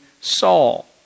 Saul